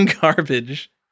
garbage